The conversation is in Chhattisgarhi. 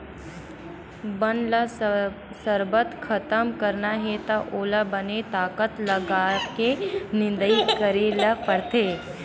बन ल सरबस खतम करना हे त ओला बने ताकत लगाके निंदई करे ल परथे